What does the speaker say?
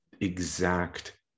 exact